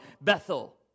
Bethel